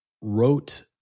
wrote